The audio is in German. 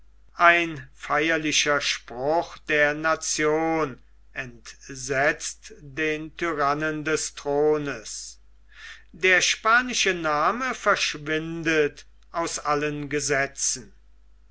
ein feierlicher spruch der nation entsetzt den tyrannen des thrones der spanische name verschwindet aus allen gesetzen